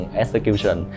execution